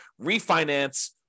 refinance